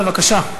בבקשה.